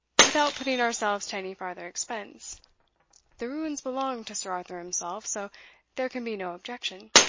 without putting ourselves to any farther expense the ruins belong to sir arthur himself, so there can be no objection